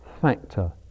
factor